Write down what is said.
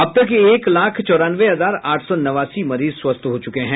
अब तक एक लाख चौरानवे हजार आठ सौ नवासी मरीज स्वस्थ हो चुके हैं